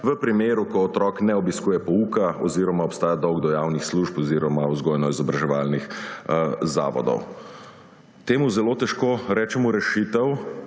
v primeru, ko otrok ne obiskuje pouka oziroma obstaja dolg do javnih služb oziroma vzgojno-izobraževalnih zavodov. Temu zelo težko rečemo rešitev,